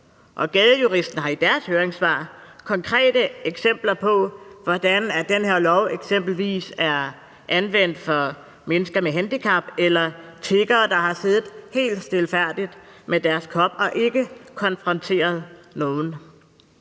Gadejuristen har i deres høringssvar konkrete eksempler på, hvordan den her lov eksempelvis er anvendt for mennesker med handicap eller tiggere, der har siddet helt stilfærdigt med deres kop og ikke konfronteret nogen.